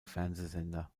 fernsehsender